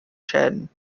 schäden